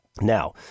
now